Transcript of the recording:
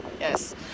yes